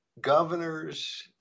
governors